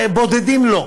בודדים לא.